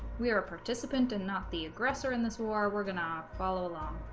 we are a participant and not the aggressor in this war we're gonna follow along